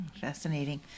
Fascinating